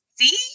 see